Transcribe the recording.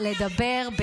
דברי